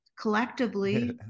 collectively-